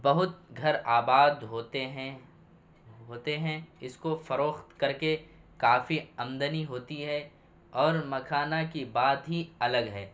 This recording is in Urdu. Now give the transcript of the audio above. بہت گھر آباد ہوتے ہیں ہوتے ہیں اس کو فروخت کر کے کافی آمدنی ہوتی ہے اور مکھانا کی بات ہی الگ ہے